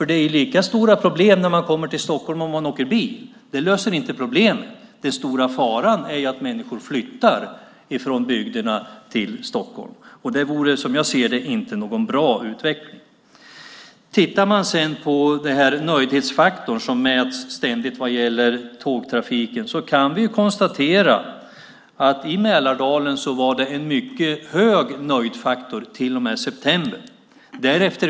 Det är lika stora problem när man kommer till Stockholm om man åker bil. Det löser inte problemet. Den stora faran är att människor flyttar ifrån bygderna till Stockholm, och som jag ser det vore det inte någon bra utveckling. Om man tittar på den nöjdhetsfaktor som ständigt mäts när det gäller tågtrafiken kan vi konstatera att i Mälardalen var det en mycket hög nöjdhetsfaktor till och med september.